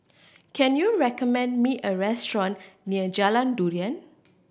can you recommend me a restaurant near Jalan Durian